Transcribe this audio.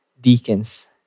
deacons